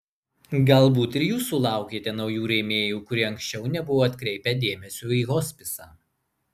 galbūt ir jūs sulaukėte naujų rėmėjų kurie anksčiau nebuvo atkreipę dėmesio į hospisą